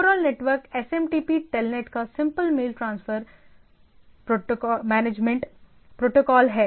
overall network SMTP telnet का simple mail transfer protocol है